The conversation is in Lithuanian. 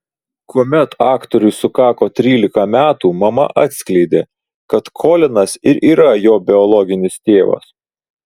kuomet aktoriui sukako trylika metų mama atskleidė kad kolinas ir yra jo biologinis tėvas